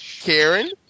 Karen